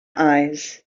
eyes